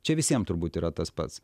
čia visiem turbūt yra tas pats